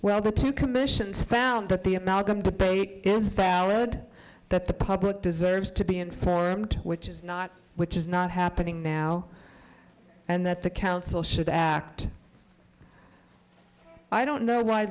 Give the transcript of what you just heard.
well the two commissions found that the at malcolm debate is valid that the public deserves to be informed which is not which is not happening now and that the council should act i don't know why